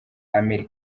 amir